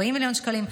40 מיליון שקלים,